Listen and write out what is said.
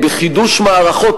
בחידוש מערכות,